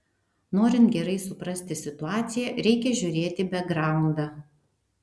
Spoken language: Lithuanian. norint gerai suprasti situaciją reikia žiūrėti į bekgraundą